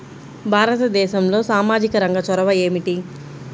భారతదేశంలో సామాజిక రంగ చొరవ ఏమిటి?